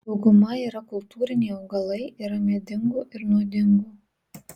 dauguma yra kultūriniai augalai yra medingų ir nuodingų